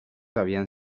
habían